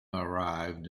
arrived